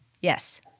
Yes